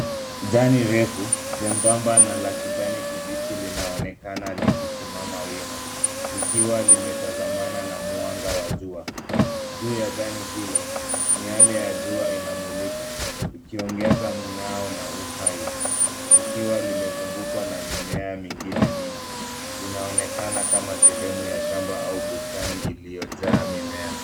Jani refu jembamba na la kijani kibichi linaonekana likisimama wima likiwa limetazamana na mwanga wa jua. Juu ya jani hilo, miale ya jua inamulika ukiongeza mng'ao na uhai likiwa limezungukwa na mimea mingine mingi. Linaonekana kama sehemu ya shamba au bustani iliyojaa mimea.